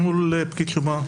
מול פקיד שומה.